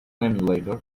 emulator